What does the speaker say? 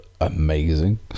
amazing